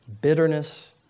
Bitterness